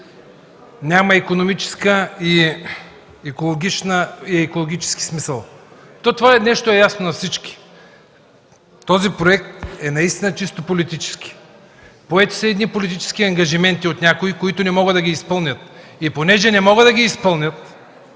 няма икономически и екологически смисъл? Това нещо е ясно на всички. Този проект е наистина чисто политически. Поети са едни политически ангажименти от някои, които не могат да изпълнят. Понеже не могат да ги изпълнят,